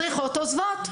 מדריכות עוזבות.